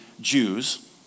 Jews